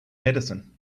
medicine